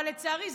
אבל לצערי,